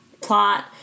Plot